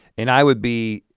and i would be,